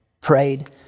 prayed